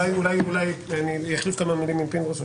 אולי כן, אני אחליף כמה מילים עם פינדרוס.